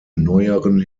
neueren